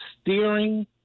steering